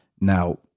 now